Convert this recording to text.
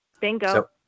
Bingo